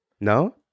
No